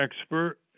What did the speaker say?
expert